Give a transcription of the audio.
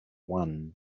one